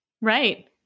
Right